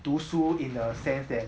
读书 in a sense that